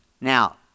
Now